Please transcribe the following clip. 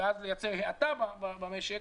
ועד לייצר האטה במשק,